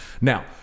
Now